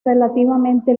relativamente